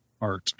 art